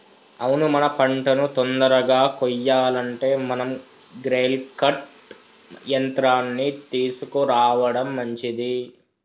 అవును మన పంటను తొందరగా కొయ్యాలంటే మనం గ్రెయిల్ కర్ట్ యంత్రాన్ని తీసుకురావడం మంచిది